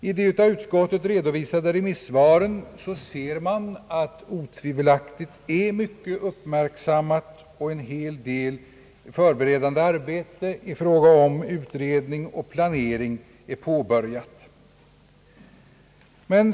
I de av utskottet redovisade remissvaren ser man att otvivelaktigt är mycket uppmärksammat, och en hel del förberedande arbeten i fråga om utredning och planering är påbörjade.